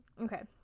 Okay